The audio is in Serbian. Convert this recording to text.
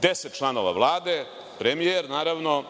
deset članova Vlade, premijer, naravno,